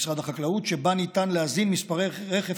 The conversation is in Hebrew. במשרד החקלאות שבה ניתן להזין מספרי רכב